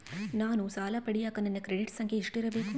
ನಾನು ಸಾಲ ಪಡಿಯಕ ನನ್ನ ಕ್ರೆಡಿಟ್ ಸಂಖ್ಯೆ ಎಷ್ಟಿರಬೇಕು?